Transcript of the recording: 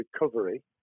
recovery